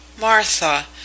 Martha